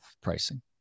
pricing